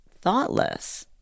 thoughtless